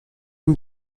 این